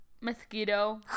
mosquito